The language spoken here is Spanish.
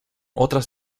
otras